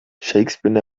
shakespeare